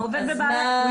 העובד בבעיה.